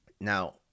now